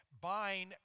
buying